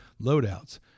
loadouts